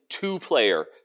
two-player